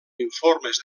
informes